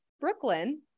Brooklyn